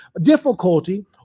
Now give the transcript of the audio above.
difficulty